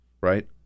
right